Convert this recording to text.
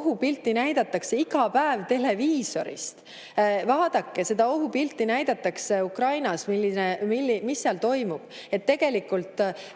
ohupilti näidatakse iga päev televiisorist. Vaadake! Seda ohupilti näidatakse Ukrainast, mis seal toimub.